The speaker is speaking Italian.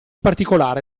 particolare